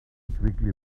quickly